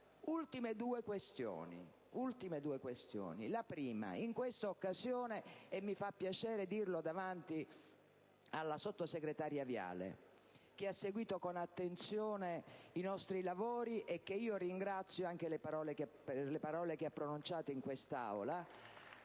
ultime due questioni. In questa occasione - mi fa piacere dirlo davanti alla sottosegretaria Viale, che ha seguito con attenzione i nostri lavori e che io ringrazio anche per le parole che ha pronunciato in quest'Aula